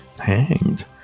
hanged